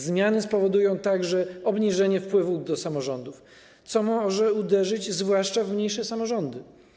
Zmiany spowodują także obniżenie wpływów do samorządów, co może uderzyć zwłaszcza w mniejsze samorządy.